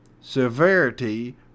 Severity